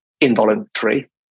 involuntary